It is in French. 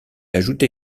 ajouté